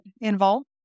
involved